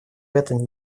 эту